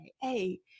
hey